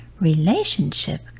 relationship